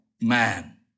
man